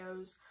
videos